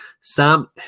Sam